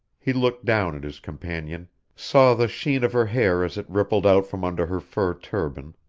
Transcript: he looked down at his companion saw the sheen of her hair as it rippled out from under her fur turban,